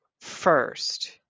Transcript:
first